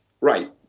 right